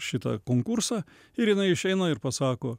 šitą konkursą ir jinai išeina ir pasako